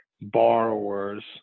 borrowers